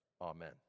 Amen